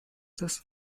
das